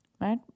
right